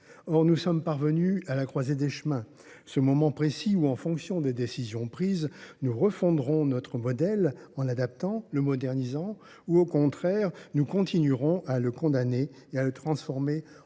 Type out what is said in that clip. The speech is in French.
Or nous sommes parvenus à la croisée des chemins, ce moment précis où, en fonction des décisions prises, nous refonderons notre modèle, en l’adaptant, le modernisant, ou, au contraire, nous continuerons à le condamner et à le transformer en un